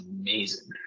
amazing